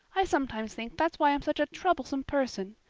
i sometimes think that is why i'm such a troublesome person.